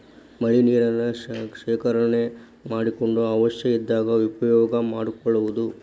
ಮಳಿ ನೇರನ್ನ ಶೇಕರಣೆ ಮಾಡಕೊಂಡ ಅವಶ್ಯ ಇದ್ದಾಗ ಉಪಯೋಗಾ ಮಾಡ್ಕೊಳುದು